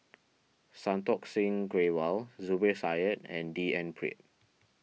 Santokh Singh Grewal Zubir Said and D N Pritt